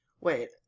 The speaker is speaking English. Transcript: wait